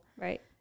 Right